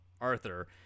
arthur